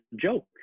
joke